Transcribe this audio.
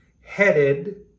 headed